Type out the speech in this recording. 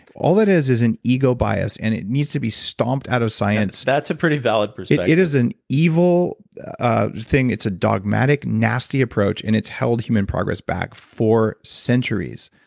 all that is is an ego-bias, and it needs to be stomped out of science that's a pretty valid perspective it is an evil ah thing. it's a dogmatic, nasty approach, and it's held human progress back for centuries.